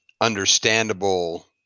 understandable